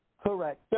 Correct